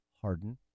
Harden